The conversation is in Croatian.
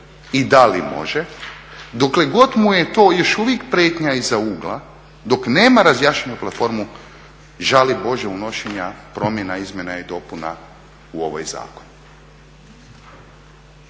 i da li može. Dokle god mu je to još uvijek prijetnja iza ugla, dok nema razjašnjenju platformu žali bože unošenja promjena izmjena i dopuna u ovaj zakon.